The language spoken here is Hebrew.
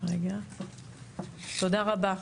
תודה רבה.